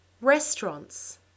Restaurants